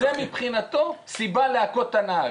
זה מבחינתו סיבה להכות את הנהג.